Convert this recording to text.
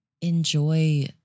enjoy